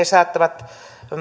saattavat